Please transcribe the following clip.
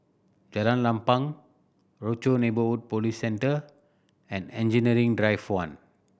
Jalan Lapang Rochor Neighborhood Police Centre and Engineering Drive One